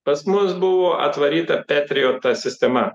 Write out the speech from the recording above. pas mus buvo atvaryta patriot ta sistema